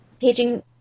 Paging